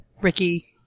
Ricky